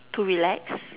to relax